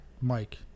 Mike